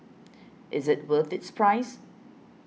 is it worth its price